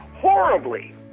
horribly